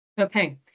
Okay